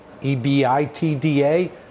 E-B-I-T-D-A